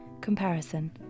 comparison